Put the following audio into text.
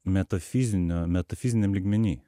metafizinio metafiziniam lygmeny